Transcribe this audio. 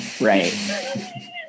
right